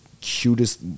cutest